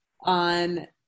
on